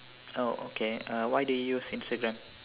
oh okay uh why do you use Instagram